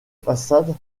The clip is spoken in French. façade